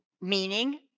meaning